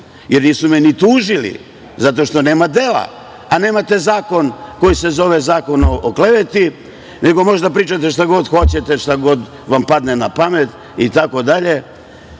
jer nisu me ni tužili, zato što nema dela, a nemate zakon koji se zove zakon o kleveti, nego možete da pričate šta god hoćete, šta god vam padne napamet, itd.